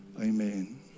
amen